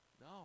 No